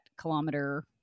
kilometer